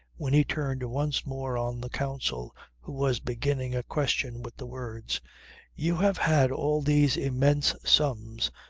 when he turned once more on the counsel who was beginning a question with the words you have had all these immense sums.